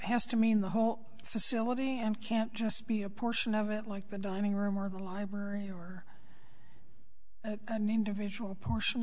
has to mean the whole facility and can't just be a portion of it like the dining room or the library or an individual potion